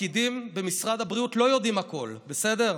הפקידים במשרד הבריאות לא יודעים הכול, בסדר?